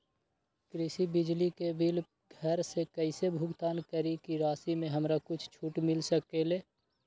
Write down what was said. कृषि बिजली के बिल घर से कईसे भुगतान करी की राशि मे हमरा कुछ छूट मिल सकेले?